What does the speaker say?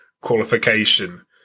qualification